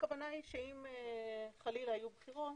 הכוונה היא שאם חלילה יהיו בחירות